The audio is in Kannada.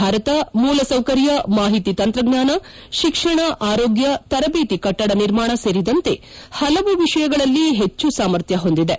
ಭಾರತ ಮೂಲಸೌಕರ್ಯ ಮಾಹಿತಿ ತಂತ್ರಜ್ಞಾನ ಶಿಕ್ಷಣ ಆರೋಗ್ಲ ತರಬೇತಿ ಕಟ್ಲಡ ನಿರ್ಮಾಣ ಸೇರಿದಂತೆ ಹಲವು ವಿಷಯಗಳಲ್ಲಿ ಹೆಚ್ಚು ಸಾಮರ್ಥ್ನ ಹೊಂದಿದೆ